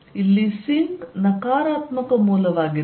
ಇಲ್ಲಿ ಸಿಂಕ್ ನಕಾರಾತ್ಮಕ ಮೂಲವಾಗಿದೆ